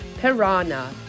Piranha